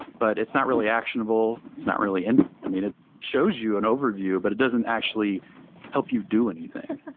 but it's not really actionable. it's not really and i mean, it shows you an overview, but it doesn't actually help you do anything.